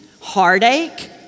heartache